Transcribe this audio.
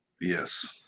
Yes